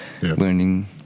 learning